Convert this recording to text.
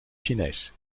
chinees